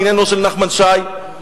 לעניינו של נחמן שי,